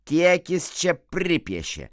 tiek jis čia pripiešė